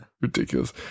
Ridiculous